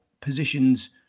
positions